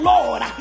Lord